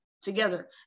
together